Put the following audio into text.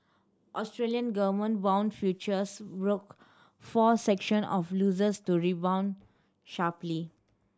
Australian government bond futures broke four section of losses to rebound sharply